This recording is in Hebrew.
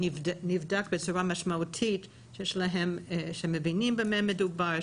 שנבדק בצורה משמעותית שהן שמבינות במה מדובר,